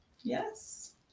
Yes